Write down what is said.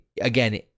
again